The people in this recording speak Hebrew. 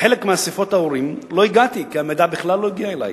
לחלק מאספות ההורים לא הגעתי כי המידע בכלל לא הגיע אלי.